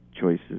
choices